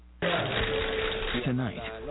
Tonight